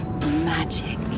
Magic